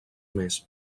més